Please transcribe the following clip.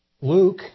Luke